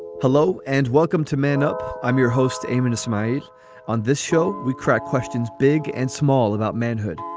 hello and welcome to man up, i'm your host, a-minus might on this show, we crack questions big and small about manhood.